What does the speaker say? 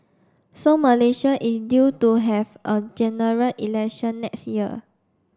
so Malaysia is due to have a General Election next year